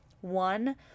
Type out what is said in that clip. One